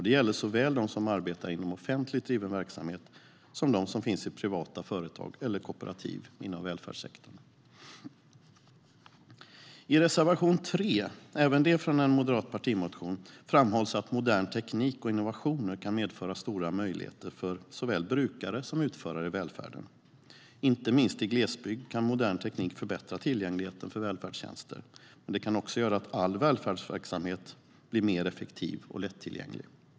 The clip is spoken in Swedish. Det gäller såväl dem som arbetar inom offentligt driven verksamhet som dem som finns i privata företag eller kooperativ inom välfärdssektorn. I reservation 3, även det från en moderat partimotion, framhålls att modern teknik och innovationer kan medföra stora möjligheter för såväl brukare som utförare i välfärden. Inte minst i glesbygd kan modern teknik förbättra tillgängligheten till välfärdstjänster, men det kan också göra att all välfärdsverksamhet blir mer effektiv och lättillgänglig.